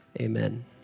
amen